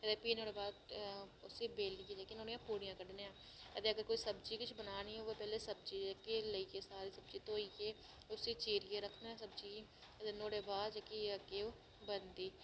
अदे भी नुआढ़े बाद उसी बेलियै जेह्कियां नुआढ़ियां पूड़ियां कड्ढने आं अदे अगर सब्जी किश बनानी होऐ पैहले सब्जी जेह्की लेइयै पैह्ले सब्जी धोइयै उसी चीरियै रखना सब्जी अदे नुआढ़े बाद जेह्की बनदी